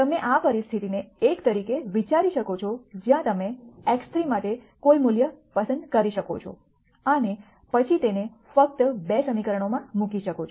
તમે આ પરિસ્થિતિને એક તરીકે વિચારી શકો છો જ્યાં તમે x3 માટે કોઈ મૂલ્ય પસંદ કરી શકો છો અને પછી તેને ફક્ત 2 સમીકરણોમાં મૂકી શકો છો